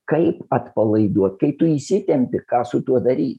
kaip atpalaiduot kai tu įsitempi ką su tuo daryt